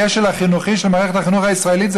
הכשל החינוכי של מערכת החינוך הישראלית זה